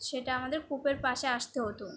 সেটা আমাদের কূপের পাশে আসতে হতো